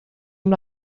amb